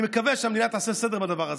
אני מקווה שהמדינה תעשה סדר בדבר הזה.